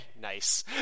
Nice